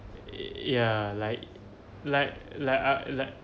yeah like like like I like